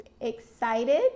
excited